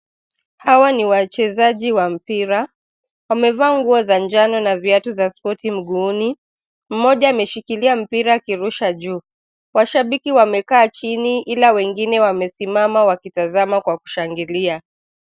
Hawa ni wachezaji wa mpira ,wamevaa nguo za njano na viatu za spoti mguuni. Mmoja ameshikilia mpira akirusha juu. Washabiki wamekataa chini ila wengine wamesimama wakitazama kwa kushangilia.